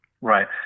Right